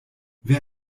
wer